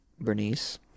Bernice